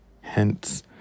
Hence